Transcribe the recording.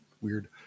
weird